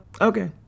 okay